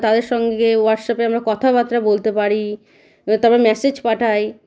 তাদের সঙ্গে হোয়াটসঅ্যাপে আমরা কথাবার্তা বলতে পারি তারপর মেসেজ পাঠাই